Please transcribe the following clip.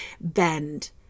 bend